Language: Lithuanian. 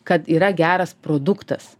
kad yra geras produktas